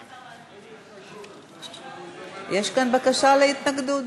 איזו התנגדות, יש כאן בקשה להתנגדות.